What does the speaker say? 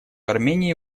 армении